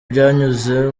byanyuze